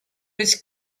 his